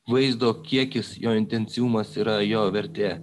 vaizdo kiekis jo intensyvumas yra jo vertė